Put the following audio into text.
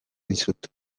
dizut